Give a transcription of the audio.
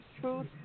truth